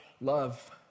love